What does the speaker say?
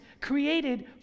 created